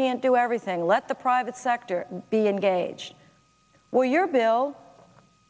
can't do everything let the private sector b engage where your bill